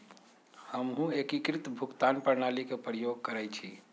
हमहु एकीकृत भुगतान प्रणाली के प्रयोग करइछि